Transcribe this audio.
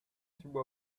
through